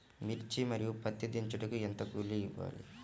మిర్చి మరియు పత్తి దించుటకు ఎంత కూలి ఇవ్వాలి?